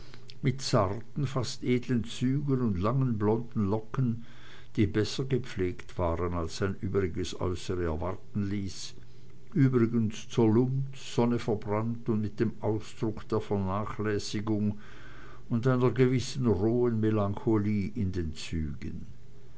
mit zarten fast edlen zügen und langen blonden locken die besser gepflegt waren als sein übriges äußere erwarten ließ übrigens zerlumpt sonneverbrannt und mit dem ausdruck der vernachlässigung und einer gewissen rohen melancholie in den zügen